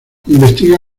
investiga